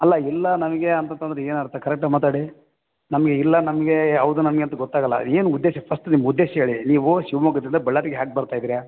ಅಲ್ಲ ಇಲ್ಲ ನಮಗೆ ಅಂತಂತಂದರೆ ಏನರ್ಥ ಕರೆಕ್ಟಾಗಿ ಮಾತಾಡಿ ನಮಗೆ ಇಲ್ಲ ನಮಗೆ ಹೌದು ನಮಗೆ ಅಂತ ಗೊತ್ತಾಗೋಲ್ಲ ಏನು ಉದ್ದೇಶ ಫಸ್ಟ್ ನಿಮ್ಮ ಉದ್ದೇಶ ಹೇಳಿ ನೀವು ಶಿವಮೊಗ್ಗದಿಂದ ಬಳ್ಳಾರಿಗೆ ಹ್ಯಾಗೆ ಬರ್ತಾ ಇದ್ರಾ